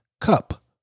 CUP